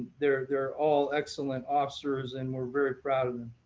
they are they are all extent length officers. and we're very proud of them.